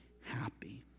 happy